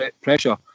pressure